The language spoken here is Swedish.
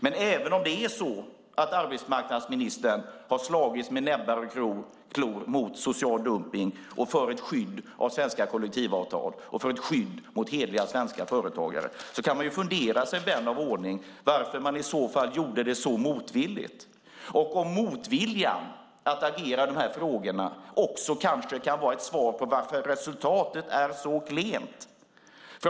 Men även om det är så att arbetsmarknadsministern har slagits med näbbar och klor mot social dumpning och för ett skydd för de svenska kollektivavtalen och hederliga svenska företagare, kan vän av ordning fundera på varför hon i så fall gjorde det så motvilligt och om motviljan att agera i de här frågorna också kan vara ett svar på frågan varför resultatet är så klent.